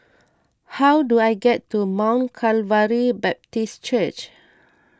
how do I get to Mount Calvary Baptist Church